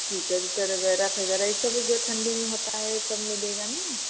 sweater उटर अगैरा वगैरह ये सब जो ठंडी में होता है सब मिलेगा ना